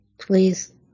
please